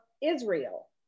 Israel